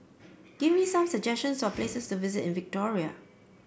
give me some suggestions for places to visit in Victoria